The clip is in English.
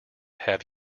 have